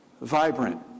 vibrant